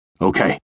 Okay